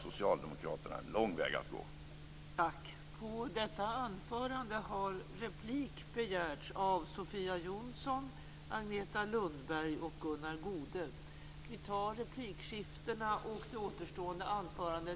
Socialdemokraterna har en lång väg att gå för att komma dithän.